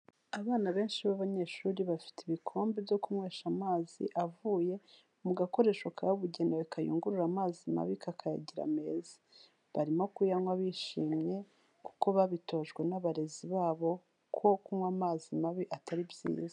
Abana benshi b'abanyeshuri bafite ibikombe byo kunywesha amazi avuye mu gakoresho kabugenewe, kayungurura amazi mabi kakayagira meza, barimo kuyanywa bishimye kuko babitojwe n'abarezi babo ko kunywa amazi mabi atari byiza.